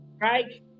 right